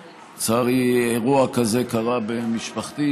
לצערי, אירוע כזה קרה במשפחתי.